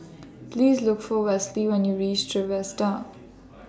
Please Look For Westley when YOU REACH Trevista